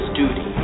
duty